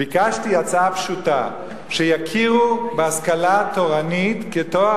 ביקשתי הצעה פשוטה: שיכירו בהשכלה התורנית כתואר